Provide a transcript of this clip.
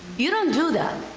you don't do that.